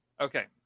okay